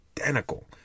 identical